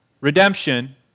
redemption